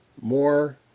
more